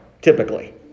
typically